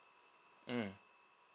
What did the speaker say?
mm